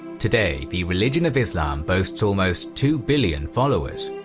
today, the religion of islam boasts almost two billion followers.